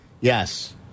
Yes